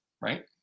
right